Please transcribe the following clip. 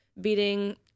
beating